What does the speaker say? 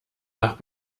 nach